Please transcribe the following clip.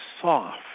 soft